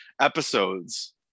Episodes